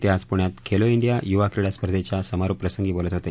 ते आज पुण्यात खेलो डिया युवा क्रीडा स्पर्धेच्या समारोप प्रसंगी बोलत होते